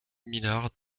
millar